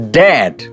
dead